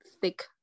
thick